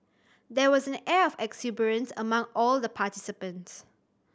there was an air of exuberance among all the participants